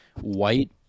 white